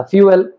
Fuel